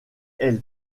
elle